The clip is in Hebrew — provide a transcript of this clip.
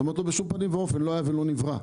את אומרת לו: בשום פנים ואופן, לא היה ולא נברא.